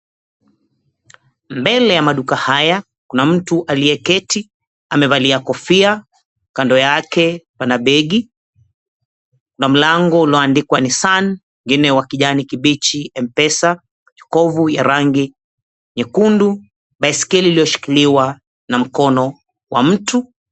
Mbele ya maduka haya, kuna mtu aliyeketi amevalia kofia kando yake pana begi, kuna mlango ulioandikwa Nisan, mwingine wa kijani kibichi Mpesa, jokovu ya rangi nyekundu, baiskeli iliyoshikiliwa na mkono kwa mtu.